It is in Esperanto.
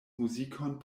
muzikon